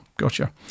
Gotcha